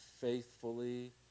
faithfully